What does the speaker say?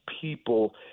people